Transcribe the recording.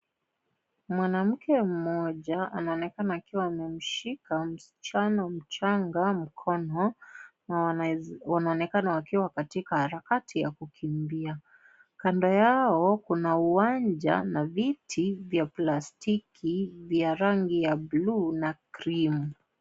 Mwanamke mmoja anaonekana akiwa amemshika msichana mchanga mkono na wanaonekana wakiwa katika harakati ya kukimbia, kando yao kuna uwanja na viti vya plastiki vya rangi ya blue na cream .